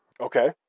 Okay